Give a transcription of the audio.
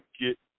get